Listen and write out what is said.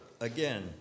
again